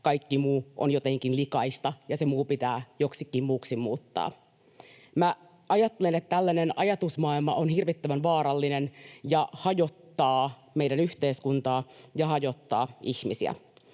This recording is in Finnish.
kaikki muu on jotenkin likaista ja se muu pitää joksikin muuksi muuttaa. Ajattelen, että tällainen ajatusmaailma on hirvittävän vaarallinen ja hajottaa meidän yhteiskuntaa ja hajottaa